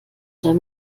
der